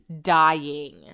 dying